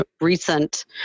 recent